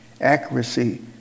Accuracy